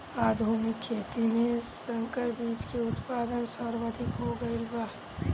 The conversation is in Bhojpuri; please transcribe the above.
आधुनिक खेती में संकर बीज के उत्पादन सर्वाधिक हो गईल बा